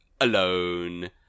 alone